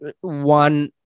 one